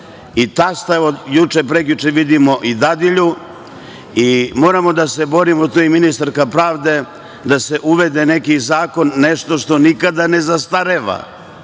i tasta, evo, juče, prekjuče vidimo i dadilju i moramo da se borimo, tu je i ministarka pravde, da se uvede neki zakon, nešto što nikada ne zastareva.